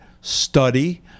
study